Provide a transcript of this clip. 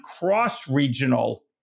cross-regional